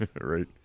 Right